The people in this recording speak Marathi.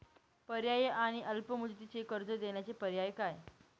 पर्यायी आणि अल्प मुदतीचे कर्ज देण्याचे पर्याय काय?